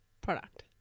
Product